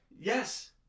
Yes